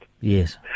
yes